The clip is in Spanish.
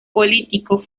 político